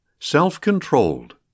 self-controlled